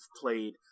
played